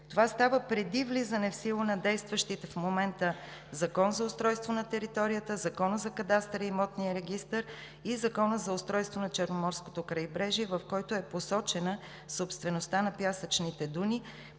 Това става преди влизане в сила на действащите в момента Закон за устройство на територията, Закон за кадастъра и имотния регистър и Закон за устройство на Черноморското крайбрежие, в които е посочена собствеността на пясъчните дюни,